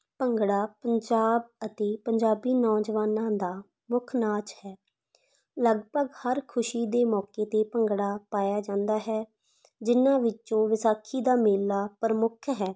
ਭੰਗੜਾ ਪੰਜਾਬ ਅਤੇ ਪੰਜਾਬੀ ਨੌਜਵਾਨਾਂ ਦਾ ਮੁੱਖ ਨਾਚ ਹੈ ਲਗਭਗ ਹਰ ਖੁਸ਼ੀ ਦੇ ਮੌਕੇ 'ਤੇ ਭੰਗੜਾ ਪਾਇਆ ਜਾਂਦਾ ਹੈ ਜਿਹਨਾਂ ਵਿੱਚੋਂ ਵਿਸਾਖੀ ਦਾ ਮੇਲਾ ਪ੍ਰਮੁੱਖ ਹੈ